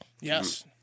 Yes